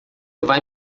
vai